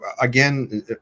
again